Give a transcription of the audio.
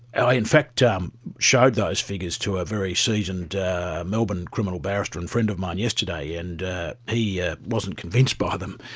i in fact um showed those figures to a very seasoned melbourne criminal barrister and friend of mine yesterday, yeah and ah he yeah wasn't convinced by them.